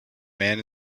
man